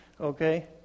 Okay